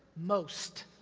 most.